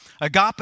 agape